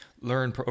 learn